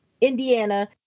Indiana